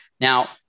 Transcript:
Now